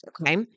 Okay